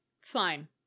fine